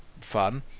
fun